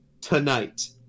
tonight